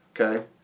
Okay